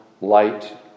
light